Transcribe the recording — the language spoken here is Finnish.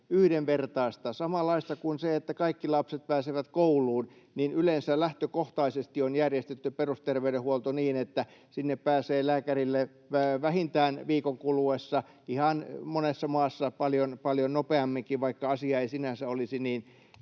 yhdenvertaista, samanlaista kuin se, että kaikki lapset pääsevät kouluun. Yleensä lähtökohtaisesti on järjestetty perusterveydenhuolto niin, että sinne lääkärille pääsee vähintään viikon kuluessa, ihan monessa maassa paljon, paljon nopeamminkin, vaikka asia ei sinänsä olisi niin